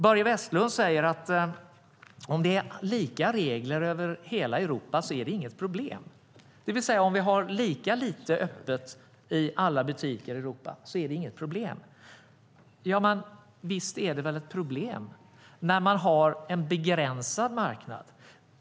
Börje Vestlund säger att om det är lika regler över hela Europa är det inget problem, det vill säga att om vi har lika lite öppet i alla butiker i Europa är det inget problem. Men visst är det väl ett problem när man har en begränsad marknad.